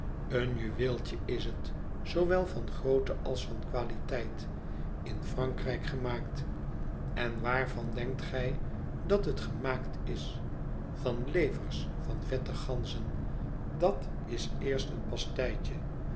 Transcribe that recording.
een juweeltje is het zoowel van grootte als van qualiteit in frankrijk gemaakt en waarvan denkt gij dat het gemaakt is van levers van vette ganzen dat is eerst een